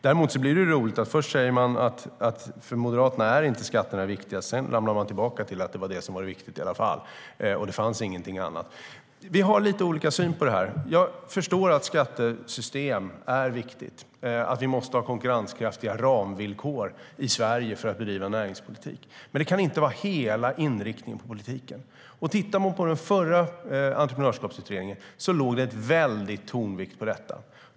Däremot blir det roligt när man först säger att skatterna inte är det viktiga för Moderaterna och sedan ramlar tillbaka till att det var det som var viktigt i alla fall och att det inte fanns någonting annat. Vi har lite olika syn på detta. Jag förstår att skattesystem är viktigt och att vi måste ha konkurrenskraftiga ramvillkor i Sverige för att bedriva näringspolitik. Men det kan inte vara hela inriktningen på politiken. Om man tittar på den förra entreprenörskapsutredningen ser man att det var en väldig tonvikt på detta.